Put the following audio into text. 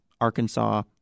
Arkansas